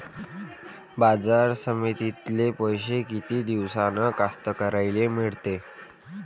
बाजार समितीतले पैशे किती दिवसानं कास्तकाराइले मिळते?